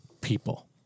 People